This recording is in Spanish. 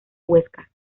huesca